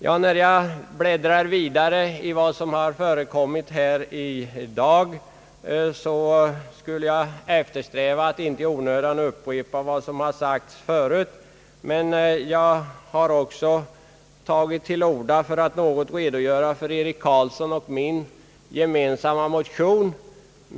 Jag vill eftersträva att inte upprepa vad som tidigare sagts här i dag. Jag har tagit till orda för att redogöra för Eric Carlssons och min gemensamma motion.